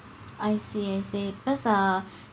I see I see cause ah